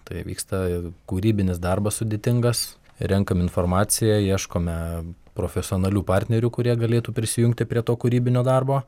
tai vyksta kūrybinis darbas sudėtingas renkame informaciją ieškome profesionalių partnerių kurie galėtų prisijungti prie to kūrybinio darbo